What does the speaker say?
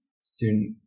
student